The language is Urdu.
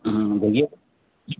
ہوں ہوں بولیے